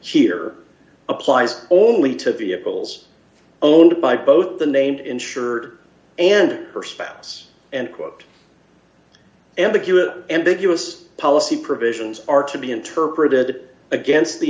here applies only to vehicles owned by both the named insured and her spouse and quote ambiguous ambiguous policy provisions are to be interpreted against the